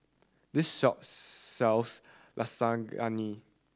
this shop sells Lasagna